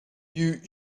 you